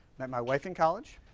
met my wife in college,